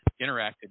interacted